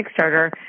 Kickstarter